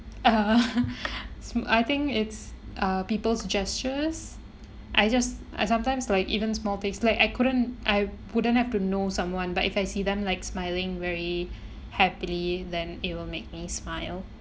uh I think it's uh people's gestures I just I sometimes like even small things like I couldn't I wouldn't have to know someone but if I see them like smiling very happily then it will make me smile